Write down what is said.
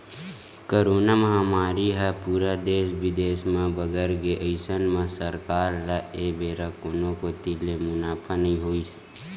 corona महामारी ह पूरा देस बिदेस म बगर गे अइसन म सरकार ल ए बेरा कोनो कोती ले मुनाफा नइ होइस